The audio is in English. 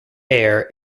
air